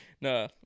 No